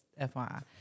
FYI